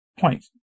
Point